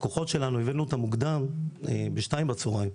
הכוחות שלנו, הבאנו אותם מוקדם, ב-14:00 בצוהריים.